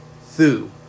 Thu